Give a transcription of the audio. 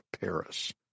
Paris